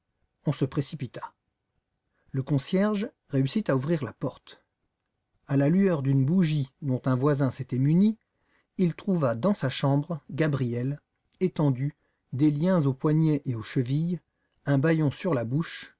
on se précipita le concierge réussit à ouvrir la porte à la lueur d'une bougie dont un voisin s'était muni il trouva dans sa chambre gabriel étendu des liens aux poignets et aux chevilles un bâillon sur la bouche